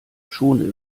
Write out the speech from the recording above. schon